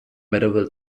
medieval